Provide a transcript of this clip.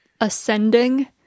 ascending